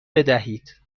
بدهید